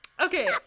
Okay